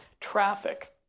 traffic